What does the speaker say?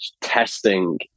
testing